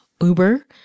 Uber